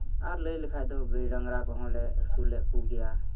ᱟᱨ ᱞᱟᱹᱭ ᱞᱮᱠᱷᱟᱱ ᱫᱚ ᱜᱟᱹᱭ ᱰᱟᱝᱨᱟ ᱠᱚᱦᱚᱸᱞᱮ ᱟᱹᱥᱩᱞᱮᱫ ᱠᱚᱜᱮᱭᱟ